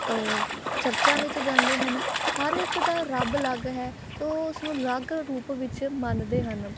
ਚਰਚਾਂ ਵਿੱਚ ਜਾਂਦੇ ਹਨ ਹਰ ਇੱਕ ਦਾ ਰੱਬ ਅਲੱਗ ਹੈ ਸੋ ਉਸਨੂੰ ਅਲੱਗ ਰੂਪ ਵਿੱਚ ਮੰਨਦੇ ਹਨ